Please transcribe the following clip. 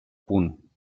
punt